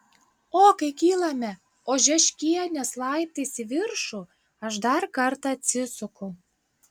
o kai kylame ožeškienės laiptais į viršų aš dar kartą atsisuku